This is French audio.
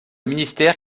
ministère